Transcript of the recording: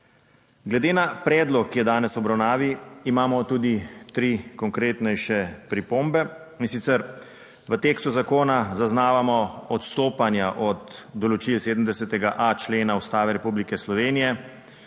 Glede na predlog, ki je danes v obravnavi, imamo tudi tri konkretnejše pripombe, in sicer v tekstu zakona zaznavamo odstopanja od določil 70.a člena Ustave Republike Slovenije,